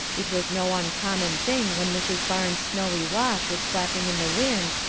it was no uncommon thing when mrs. barnes' snowy wash was flapping in the wind,